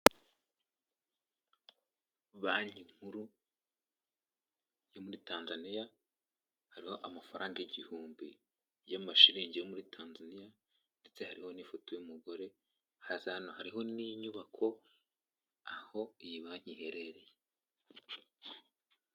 Banki nkuru yo muri Tanzania, hariho amafaranga igihumbi y'amashilingi yo muri Tanzania ndetse hari n'ifoto y'umugore hasi hano hariho n'inyubako, aho iyi iba iherereye.